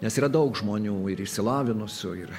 nes yra daug žmonių ir išsilavinusių ir